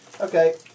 Okay